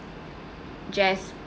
Jess